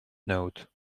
note